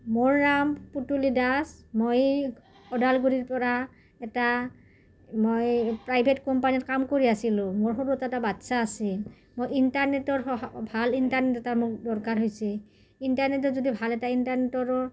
মোৰ নাম পুতুলি দাস মই ওদালগুৰিৰ পৰা এটা মই প্ৰাইভেট কোম্পানীত কাম কৰি আছিলোঁ মোৰ সৰুতে এটা বাচ্ছা আছিল মই ইণ্টাৰনেটৰ স ভাল ইণ্টাৰনেট এটা মোক দৰকাৰ হৈছে ইণ্টাৰনেটত যদি ভাল এটা ইণ্টাৰনেটৰ